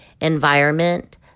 environment